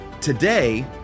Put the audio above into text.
Today